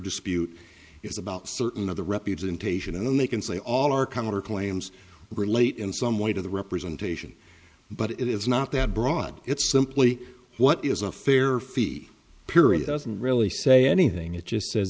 dispute is about certain of the reputation and they can say all our counter claims relate in some way to the representation but it is not that broad it's simply what is a fair fee period doesn't really say anything it just says